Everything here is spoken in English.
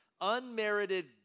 unmerited